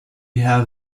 have